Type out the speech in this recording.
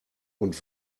und